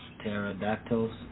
pterodactyls